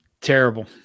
terrible